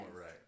right